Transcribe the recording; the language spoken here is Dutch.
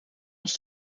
als